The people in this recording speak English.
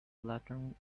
flattened